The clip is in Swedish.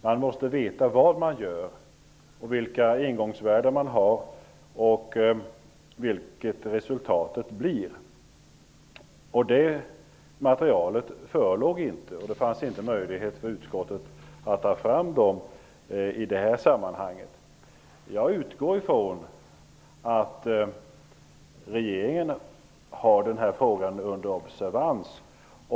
Man måste veta vad man gör, vilka ingångsvärden man har och vilket resultatet blir. Det materialet förelåg inte. Det fanns inte möjlighet för utskottet att ta fram det i det här sammanhanget. Jag utgår ifrån att regeringen har den här frågan under observans.